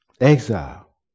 exile